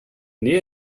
nähe